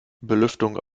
belüftung